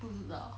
不知道